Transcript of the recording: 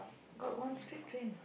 got one straight train what